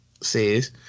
says